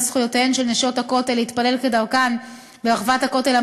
זכויותיהן של "נשות הכותל" להתפלל כדרכן ברחבת הכותל המערבי,